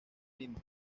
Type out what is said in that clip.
lima